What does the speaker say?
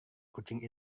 kucing